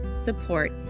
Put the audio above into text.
support